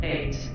Eight